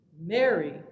Mary